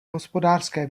hospodářské